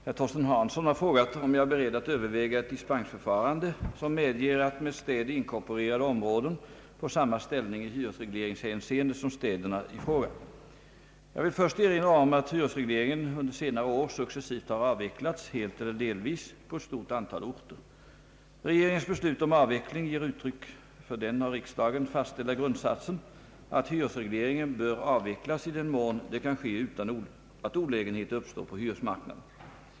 Herr talman! Herr Torsten Hansson har frågat om jag är beredd att över väga ett dispensförfarande som medger, att med städer inkorporerade områden får samma ställning i hyresregleringshänseende som städerna i fråga. Jag vill först erinra om att hyresregleringen under senare år successivt har avvecklats, helt eller delvis, på ett stort antal orter. Regeringens beslut om avveckling ger uttryck för den av riksdagen fastställda grundsatsen att hyresregleringen bör avvecklas i den mån det kan ske utan att olägenheter uppstår på hyresmarknaden.